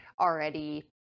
already